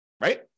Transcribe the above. Right